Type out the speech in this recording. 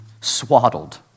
swaddled